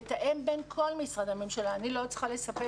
לתאם בין כל משרדי הממשלה ואני לא צריכה לספר